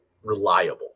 reliable